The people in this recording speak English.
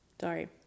Sorry